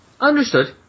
Understood